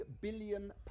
billion